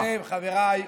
אני, ברשותכם, חבריי,